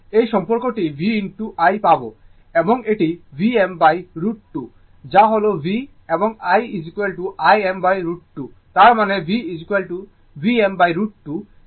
এই সম্পর্কটি V I পাব এবং এটি Vm√ 2 যা হল V এবং I Im√ 2 তার মানে V Vm√ 2 V হল rms মান এবং I Im√ 2 হল rms মান